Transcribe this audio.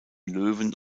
löwen